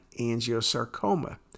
angiosarcoma